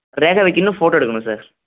ரேகை வைக்கணும் ஃபோட்டோ எடுக்கணும் சார்